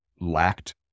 lacked